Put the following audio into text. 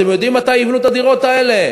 אתם יודעים מתי יבנו את הדירות האלה?